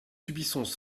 subissons